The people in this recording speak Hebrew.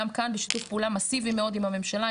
גם כאן בשיתוף פעולה מאסיבי מאוד עם הממשלה,